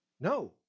No